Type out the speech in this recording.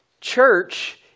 Church